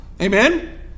Amen